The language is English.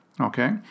okay